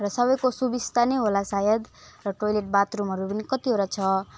र सबैको सुबिस्ता नै होला सायद र टोयलेट बाथरुमहरू पनि कतिवटा छ